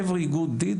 כל מעשה טוב,